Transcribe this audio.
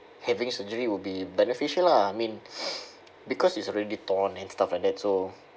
having surgery will be beneficial lah I mean because it's already torn and stuff like that so